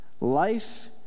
life